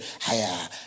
higher